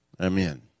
Amen